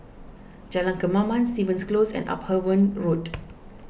Jalan Kemaman Stevens Close and Upavon Road